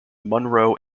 munro